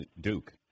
Duke